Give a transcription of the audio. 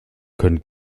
können